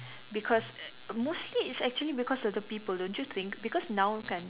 because mostly it's actually because of the people don't you think because now kan